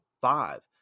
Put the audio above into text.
five